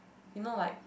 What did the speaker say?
you know like